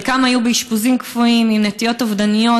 חלקם היו באשפוזים כפויים עם נטיות אובדניות,